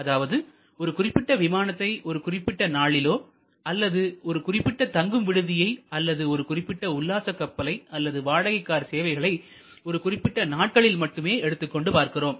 அதாவது ஒரு குறிப்பிட்ட விமானத்தை ஒரு குறிப்பிட்ட நாளிலோ அல்லது ஒரு குறிப்பிட்ட தங்கும் விடுதியை அல்லது ஒரு குறிப்பிட்ட உல்லாச கப்பலை அல்லது வாடகை கார் சேவைகளை ஒரு குறிப்பிட்ட நாட்களில் மட்டுமே எடுத்துக்கொண்டு பார்க்கிறோம்